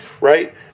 right